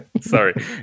sorry